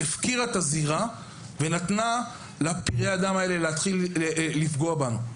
שהפקירה את הזירה ונתנה לפראי האדם האלה להתחיל לפגוע בנו.